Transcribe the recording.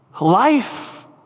life